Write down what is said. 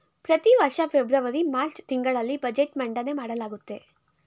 ಪ್ರತಿವರ್ಷ February March ತಿಂಗಳಲ್ಲಿ budget ಮಂಡನೆ ಮಾಡಲಾಗುತ್ತೆ